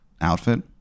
outfit